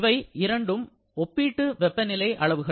இவை இரண்டும் ஒப்பீட்டு வெப்பநிலை அளவுகள்